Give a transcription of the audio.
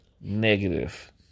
negative